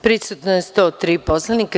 Prisutno je 103 poslanika.